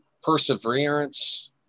Perseverance